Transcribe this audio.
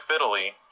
fiddly